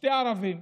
שני ערבים,